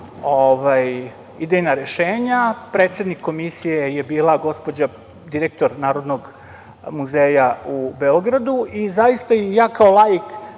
idejna rešenja. Predsednik Komisije je bila gospođa, direktor Narodnog muzeja u Beogradu i zaista i ja kao laik